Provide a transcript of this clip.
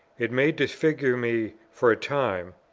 it may disfigure me for a time,